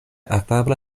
afabla